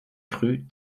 cru